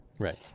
Right